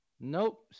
Nope